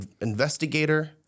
investigator